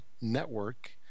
Network